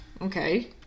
Okay